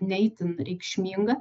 ne itin reikšminga